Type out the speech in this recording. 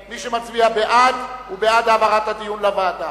מי שמצביע בעד הוא בעד העברת הדיון לוועדה.